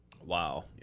Wow